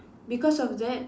because of that